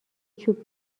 چوب